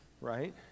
right